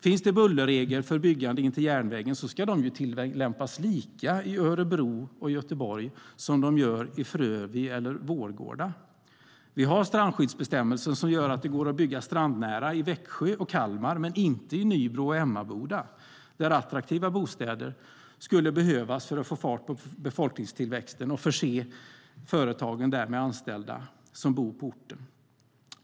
Finns det bullerregler för byggande intill järnvägen ska dessa tillämpas lika i Örebro och Göteborg liksom i Frövi och Vårgårda.Vi har strandskyddsbestämmelser som gör att det går att bygga strandnära i Växjö och Kalmar, men inte i Nybro och Emmaboda där attraktiva bostäder skulle behövas för att få fart på befolkningstillväxten och förse företagen med anställda som bor på orten.